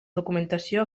documentació